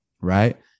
right